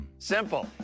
Simple